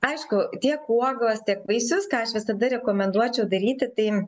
aišku tiek uogas tiek vaisius ką aš visada rekomenduočiau daryti tai